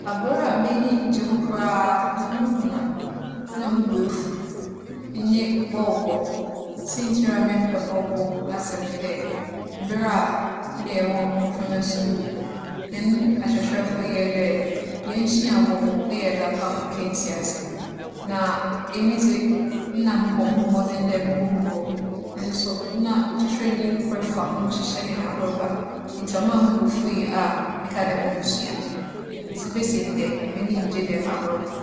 Agor a m'enyi nngye ho koraa, na muhu a na mo bo efuw nye bͻͻlbͻ. Siantsir a memmpɛ bͻͻlbͻ asɛm nye dɛ, ber a na yɛwͻ mboframba skuul no, hɛn akyerɛkyerɛfo yɛɛ dɛ yensua bͻ na yɛdze akͻ agokansi. Na emi dze, nna mobͻ moho mbͻdzen dɛ mubohu bͻ nso na kyerɛkyerɛnyi kor fa ho hyehyɛ hɛn ahorba ntsi ͻmaa mo bo fuwii a mekaa dɛ munnsua. Dze besi ndɛ, m'enyi nngye dɛm agor no ho.